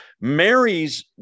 Mary's